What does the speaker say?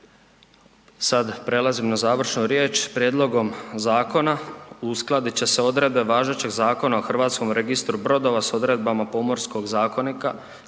Sad prelazim na završnu riječ. Prijedlogom zakona uskladit će se odredbe važećeg zakona o Hrvatskom registru brodova s odredbama Pomorskog zakonika